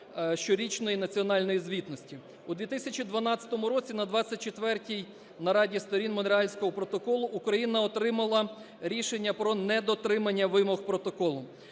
щорічної національної звітності. У 2012 році на 24 Нараді Сторін Монреальського протоколу Україна отримала рішення про недотримання вимог протоколу.